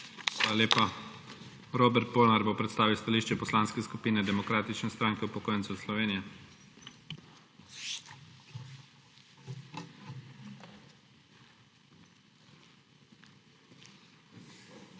Hvala lepa. Robert Polnar bo predstavil stališče Poslanske skupine Demokratične stranke upokojencev Slovenije.